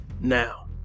now